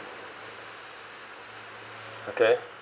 okay